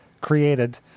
created